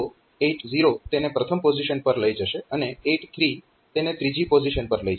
તો 80 તેને પ્રથમ પોઝીશન પર લઈ જશે અને 83 તેને ત્રીજી પોઝીશન પર લઈ જશે